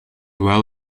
well